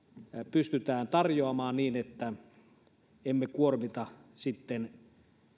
pystytään tarjoamaan niin että emme kuormita sitten